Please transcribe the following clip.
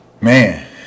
man